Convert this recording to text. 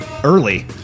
Early